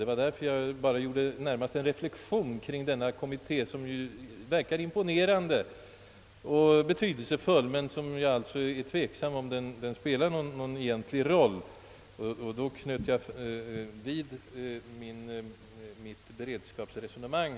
Det var därför jag gjorde der lilla reflexionen kring denna kommitté som verkar imponerande och betydelse: full, att jag är tveksam huruvida der spelar någon egentlig roll. Och det var till den reflexionen jag sedan anknöt mitt beredskapsresonemang.